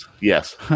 Yes